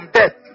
death